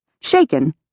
Shaken